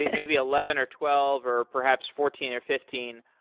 maybe eleven or twelve or perhaps fourteen or fifteen,